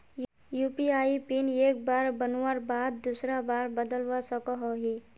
UPI PIN एक बार बनवार बाद दूसरा बार बदलवा सकोहो ही?